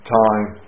time